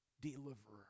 deliverer